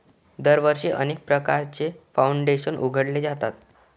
दरवर्षी अनेक प्रकारचे फाउंडेशन उघडले जातात